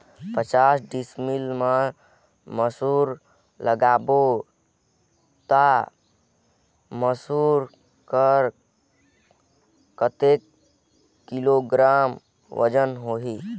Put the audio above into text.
पचास डिसमिल मा मसुर लगाबो ता मसुर कर कतेक किलोग्राम वजन होही?